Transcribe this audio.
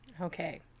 Okay